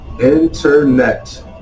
Internet